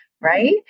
right